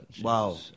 Wow